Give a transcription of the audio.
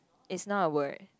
it's not a word